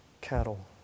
cattle